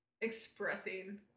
expressing